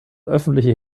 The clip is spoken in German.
öffentliche